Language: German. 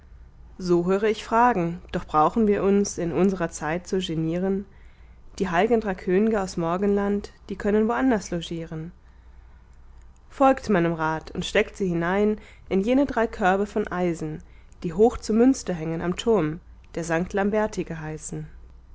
so höre ich fragen doch brauchen wir uns in unserer zeit zu genieren die heil'gen drei kön'ge aus morgenland sie können woanders logieren folgt meinem rat und steckt sie hinein in jene drei körbe von eisen die hoch zu münster hängen am turm der sankt lamberti geheißen